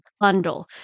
bundle